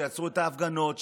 שיעצרו את ההפגנות,